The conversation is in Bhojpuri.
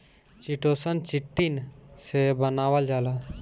चिटोसन, चिटिन से बनावल जाला